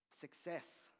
success